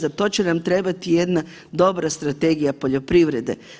Za to će nam trebati jedna dobra strategija poljoprivrede.